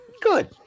Good